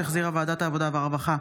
שהחזירה ועדת העבודה והרווחה.